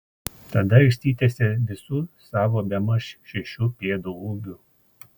tada išsitiesė visu savo bemaž šešių pėdų ūgiu